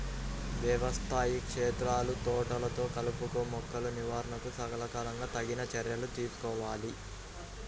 వ్యవసాయ క్షేత్రాలు, తోటలలో కలుపుమొక్కల నివారణకు సకాలంలో తగిన చర్యలు తీసుకోవాలి